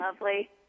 lovely